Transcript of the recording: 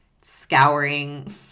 scouring